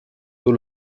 tôt